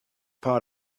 part